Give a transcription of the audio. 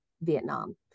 Vietnam